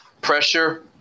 Pressure